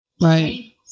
right